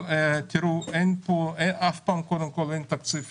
קודם כל, אף פעם אין תקציב אידאלי.